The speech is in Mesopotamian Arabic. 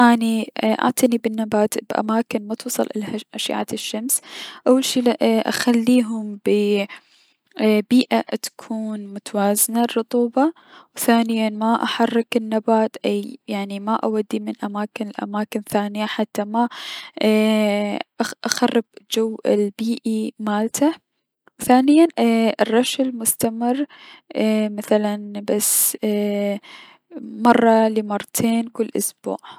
حتى اني اعتني بنبات بأماكن متوصل الها اشعة الشمس اول شي اخليهم ب بيئة اتكون متوازنة الرطوبة و ثانيا ما احرك النبات اي ما او من اماكن لأماكن ثانية حتى ايي- ما اخرب الجو لبيصي مالته، ثانيا الرش المستملر ايي مثلا مرة لمرتين كل اسبوع.